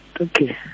okay